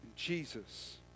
Jesus